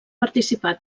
participar